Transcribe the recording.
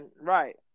Right